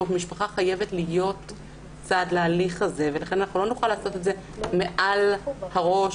המשפחה חייבת להיות צד להליך הזה ולכן לא נוכל לעשות את זה מעל הראש,